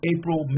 April